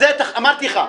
אמרתי לך,